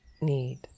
need